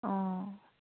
অঁ